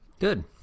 Good